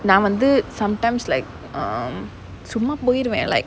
நா வந்து:naa vanthu sometimes like err சும்மா போய்ருவேன்:summa poiruvaen